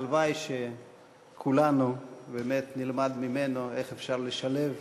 והלוואי שכולנו באמת נלמד ממנו איך אפשר לשלב